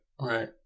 right